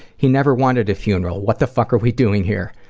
he never wanted a funeral. what the fuck are we doing here?